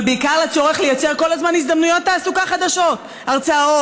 אבל בעיקר לצורך לייצר כל הזמן הזדמנויות תעסוקה חדשות: הרצאות,